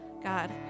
God